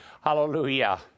Hallelujah